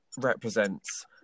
represents